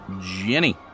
Jenny